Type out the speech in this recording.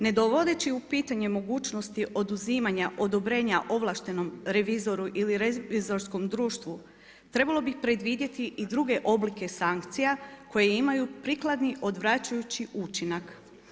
Ne dovodeći u pitanje mogućnosti oduzimanja odobrenja ovlaštenom revizoru ili revizorskom društvu trebalo bi predvidjeti i druge oblike sankcija koje imaju prikladni odvraćajući učinak.